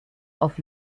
auf